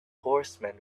horsemen